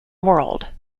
world